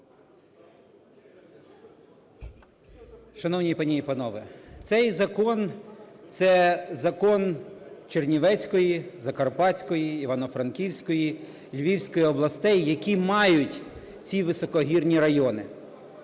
Шановні пані і панове, цей закон – це закон Чернівецької, Закарпатської, Івано-Франківської, Львівської областей, які мають ці високогірні райони.